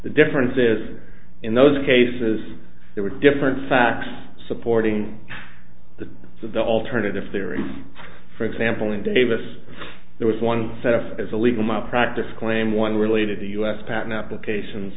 the differences in those cases there were different facts supporting so the alternative theory for example in davis there was one set up as a legal malpractise claim one related to u s patent applications